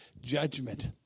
judgment